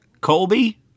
Colby